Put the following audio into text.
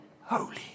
holy